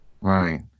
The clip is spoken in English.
Right